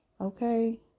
okay